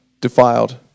defiled